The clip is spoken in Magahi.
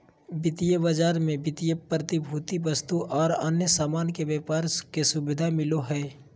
वित्त बाजार मे वित्तीय प्रतिभूति, वस्तु आर अन्य सामान के व्यापार के सुविधा मिलो हय